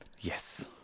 Yes